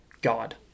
God